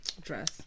dress